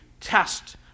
test